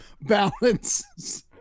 balance